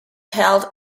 held